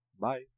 Bye